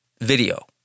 Video